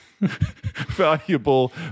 valuable